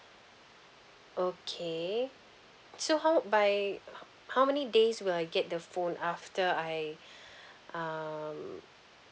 okay so how by how how many days will I get the phone after I um